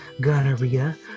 gonorrhea